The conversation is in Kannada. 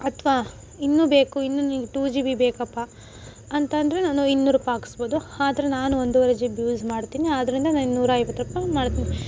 ಅಥವಾ ಇನ್ನೂ ಬೇಕು ಇನ್ನೂ ನೀವು ಟೂ ಜಿ ಬಿ ಬೇಕಪ್ಪ ಅಂತಂದರೆ ನಾನು ಇನ್ನೂರು ರೂಪಾಯಿ ಹಾಕಿಸ್ಬೋದು ಆದರೆ ನಾನು ಒಂದುವರೆ ಜಿ ಬಿ ಯೂಸ್ ಮಾಡ್ತೀನಿ ಆದ್ದರಿಂದ ನಾನು ನೂರೈವತ್ತು ರೂಪಾಯಿ ಮಾಡ್ತೀನಿ